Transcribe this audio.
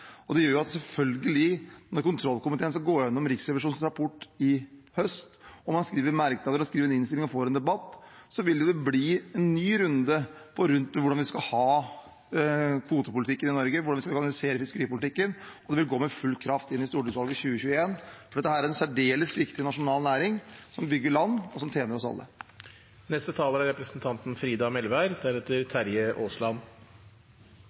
Det gjør jo selvfølgelig at når kontrollkomiteen skal gå gjennom Riksrevisjonens rapport i høst, og man skriver merknader, skriver innstilling og får en debatt, vil det bli en ny runde om hvordan vi skal ha kvotepolitikken i Norge, hvordan vi organiserer fiskeripolitikken. Det vil gå med full kraft inn i stortingsvalget i 2021. Dette er en særdeles viktig nasjonal næring, som bygger land og tjener oss